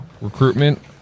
recruitment –